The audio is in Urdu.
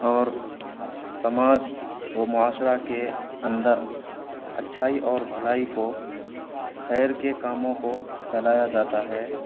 اور سماج و معاشرہ کے اندر اچھائی اور بھلائی کو خیر کے کاموں کو پھیلایا جاتا ہے